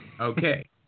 Okay